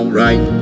right